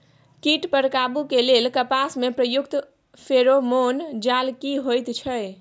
कीट पर काबू के लेल कपास में प्रयुक्त फेरोमोन जाल की होयत छै?